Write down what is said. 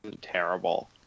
terrible